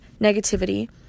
negativity